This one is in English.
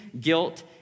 guilt